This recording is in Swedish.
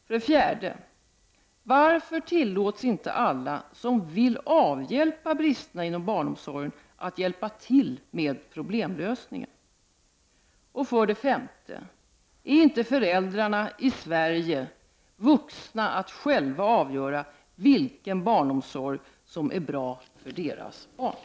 För det fjärde: Varför tillåts inte alla som vill avhjälpa bristerna inom barnomsorgen att hjälpa till med problemlösningen? För det femte: Är inte föräldrarna i Sverige vuxna nog att själva avgöra vilken barnomsorg som är bra för deras barn?